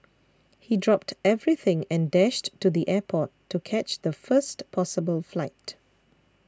he dropped everything and dashed to the airport to catch the first possible flight